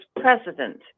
president